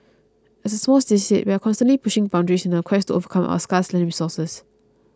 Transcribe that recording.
as a small city state we are constantly pushing boundaries in our quest to overcome our scarce land resource